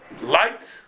light